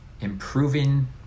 improving